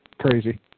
crazy